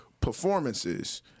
performances